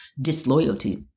disloyalty